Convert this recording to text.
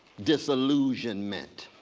disillusionment,